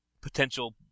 potential